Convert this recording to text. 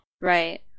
Right